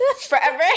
forever